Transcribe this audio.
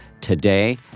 today